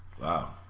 wow